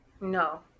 No